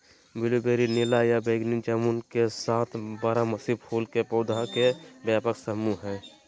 blueberry नीला या बैगनी जामुन के साथ बारहमासी फूल के पौधा के व्यापक समूह हई